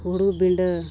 ᱦᱩᱲᱩ ᱵᱤᱱᱰᱟᱹ